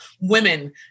women